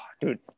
Dude